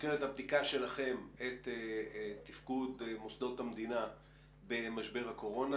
במסגרת הבדיקה שלכם את תפקוד מוסדות המדינה במשבר הקורונה,